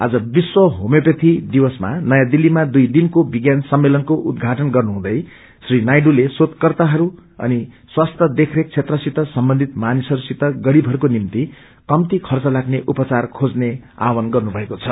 आज विश्व होमियोपेयी दिवसमा नयाँ दिल्तीमा दुई दिनको विज्ञान सम्मेलनको उद्घाटन गर्नु हुँदै श्री नायडूले शोषकर्ताहरूअनि स्वास्थ्य देखरेख क्षेत्रसित सम्बन्धित मानिसहससित गरीबहरूको निभ्ति कम्ती खर्च ताम्ने उपचार खेर्न्ने आव्हान गर्नुमएको छ